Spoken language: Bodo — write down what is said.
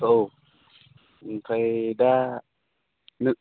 औ ओमफ्राय दा नों